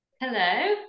Hello